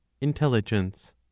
intelligence